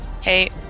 hey